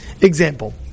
Example